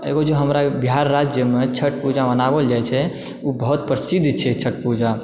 एगो जे हमर बिहार राज्यमे छठ पूजा मनाओल जाइ छै ओ बहुत परसिद्ध छै छठ पूजा